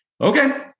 Okay